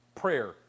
prayer